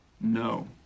no